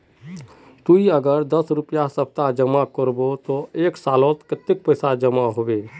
ती अगर दस रुपया सप्ताह जमा करबो ते एक सालोत कतेरी पैसा जमा होबे बे?